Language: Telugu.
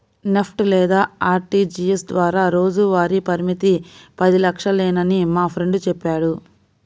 నెఫ్ట్ లేదా ఆర్టీజీయస్ ద్వారా రోజువారీ పరిమితి పది లక్షలేనని మా ఫ్రెండు చెప్పాడు